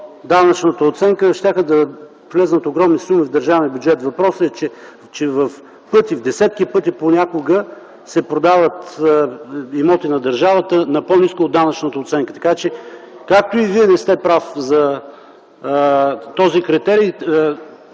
данъчната оценка, щяха да влязат огромни суми в държавния бюджет. Въпросът е, че в пъти, десетки пъти понякога се продават имоти на държавата на по-ниска от данъчната оценка. Така че, както и Вие не сте прав за този критерий